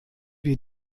wir